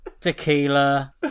tequila